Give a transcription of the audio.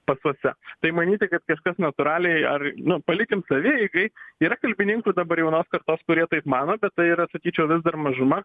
pasuose tai manyti kad kažkas natūraliai ar nu palikim savieigai yra kalbininkų dabar jaunos kartos kurie taip mano bet tai yra sakyčiau vis dar mažuma